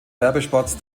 werbespots